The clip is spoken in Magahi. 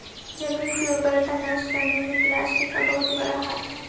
जमीन की उर्वरता नष्ट करने में प्लास्टिक का बहुत बड़ा हाथ हई